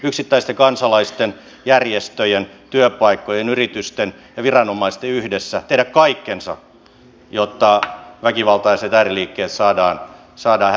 yksittäisten kansalaisten järjestöjen työpaikkojen yritysten ja viranomaisten yhdessä pitää tehdä kaikkensa jotta väkivaltaiset ääriliikkeet saadaan häviämään